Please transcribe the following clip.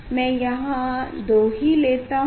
मैं यहाँ दो ही लेता हूँ